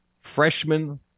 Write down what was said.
freshman